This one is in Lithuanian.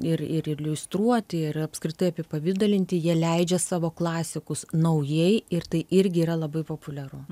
ir ir iliustruoti ir apskritai apipavidalinti jie leidžia savo klasikus naujai ir tai irgi yra labai populiaru